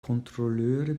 kontrolleure